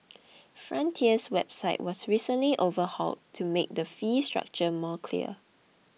frontier's website was recently overhauled to make the fee structure more clear